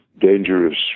dangerous